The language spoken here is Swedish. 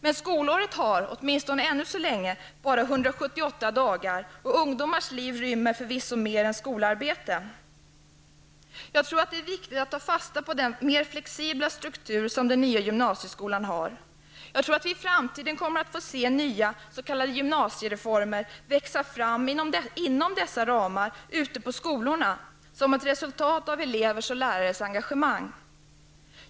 Men skolåret har åtminstone ännu så länge bara 178 dagar, och ungdomars liv rymmer förvisso mer än skolarbete. Jag tror att det är viktigt att ta fasta på den mer flexibla struktur som den nya gymnasieskolan har. Jag tror att vi i framtiden kommer att få se nya s.k. gymnasiereformer växa fram inom dessa ramar ute på skolorna som ett resultat av elevers och lärares engagemang.